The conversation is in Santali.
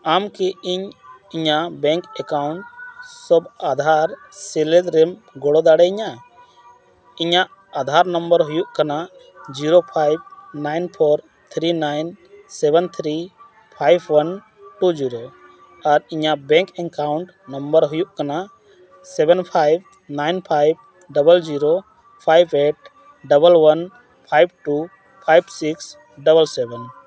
ᱟᱢ ᱠᱤ ᱤᱧ ᱤᱧᱟᱹᱜ ᱵᱮᱝᱠ ᱮᱠᱟᱣᱩᱱᱴ ᱥᱚᱵᱽ ᱟᱫᱷᱟᱨ ᱥᱮᱞᱮᱫ ᱨᱮᱢ ᱜᱚᱲᱚ ᱫᱟᱲᱮᱭᱤᱧᱟ ᱤᱧᱟᱹᱜ ᱟᱫᱷᱟᱨ ᱱᱚᱢᱵᱚᱨ ᱦᱩᱭᱩᱜ ᱠᱟᱱᱟ zero five nine four three nine seven three five one two zero ᱟᱨ ᱤᱧᱟᱹᱜ ᱵᱮᱝᱠ ᱮᱠᱟᱣᱩᱱᱴ ᱱᱚᱢᱵᱚᱨ ᱦᱩᱭᱩᱜ ᱠᱟᱱᱟ seven five nine five double zero five eight double one five two five six double seven